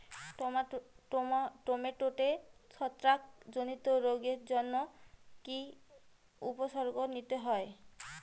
টমেটোতে ছত্রাক জনিত রোগের জন্য কি উপসর্গ নিতে হয়?